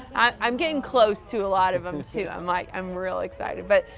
i'm getting close to a lot of them too, i'm like i'm real excited. but,